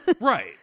Right